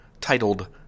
titled